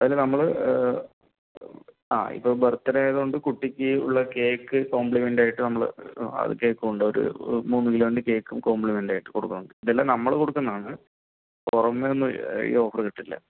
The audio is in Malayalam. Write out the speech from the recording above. അതില് നമ്മൾ ഇപ്പോൾ ബർത്ഡേ ആയത്കൊണ്ട് കുട്ടിക്ക് ഉള്ള കേക്ക് കോംപ്ലിമെൻ്റായിട്ട് നമ്മൾ അത് കേക്ക് ഒരു മൂന്ന് കിലോയുടെ കേക്ക് കോംപ്ലിമെൻ്റായിട്ട് കൊടുക്കുന്നുണ്ട് ഇതെല്ലാം നമ്മൾ കൊടുക്കുന്നത് ആണ് പുറമെ നിന്ന് ഈ ഓഫർ കിട്ടില്ല